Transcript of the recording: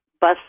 bus